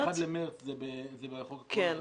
31 במרס זה בחוק הקורונה הגדול?